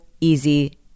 easy